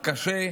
קשה,